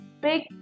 big